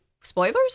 spoilers